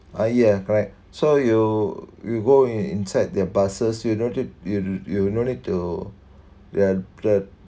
ah ya correct so you will go in inside their buses you noted you you no need to the the